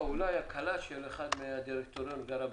אולי הקלה בעקבות בקשה של אחד מן הדירקטוריון כי הוא גר שם.